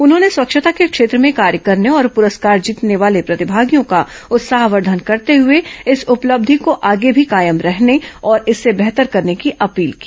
उन्होंने स्वच्छता के क्षेत्र में कॉर्य करने और पुरस्कार जीतने वाले प्रतिभागियों का उत्साहवर्धन करते हुए इस उपलब्धि को आगे भी कायम रखने और इससे बेहतर करने की अपील की